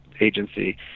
agency